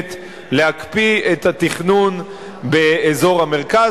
הקודמת שהקפיאה את התכנון באזור המרכז.